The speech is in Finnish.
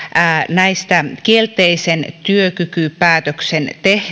kielteisen päätöksen